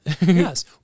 Yes